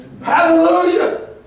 Hallelujah